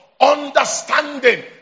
Understanding